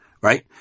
right